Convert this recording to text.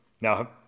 Now